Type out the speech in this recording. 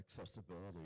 accessibility